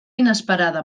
inesperada